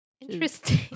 Interesting